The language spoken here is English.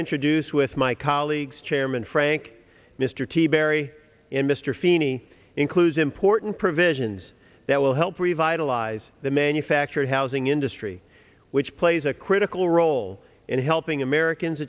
introduced with my colleagues chairman frank mr teaberry and mr feeney includes important provisions that will help vitalize the manufactured housing industry which plays a critical role in helping americans